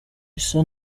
issa